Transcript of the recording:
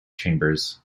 chambers